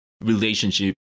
relationship